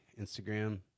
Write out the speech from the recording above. Instagram